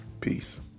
Peace